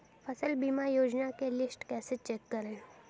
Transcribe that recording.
फसल बीमा योजना की लिस्ट कैसे चेक करें?